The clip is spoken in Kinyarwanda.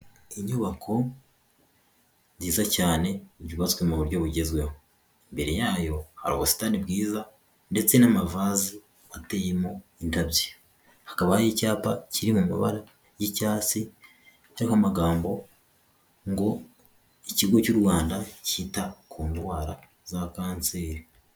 Inyubako nziza cyane, yubatswe mu buryo bugezweho, imbere yayo hari ubusitani bwiza ndetse n'amavaze ateyemo indabyo. Hakaba hari icyapa kiri mu mabara y'icyatsi cy'amagambo ngo ikigo cy'u Rwanda cyita ku ndwara za kanseri.